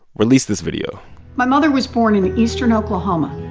released this video my mother was born in eastern oklahoma.